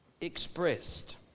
expressed